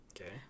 Okay